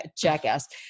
jackass